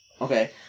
Okay